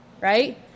right